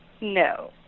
No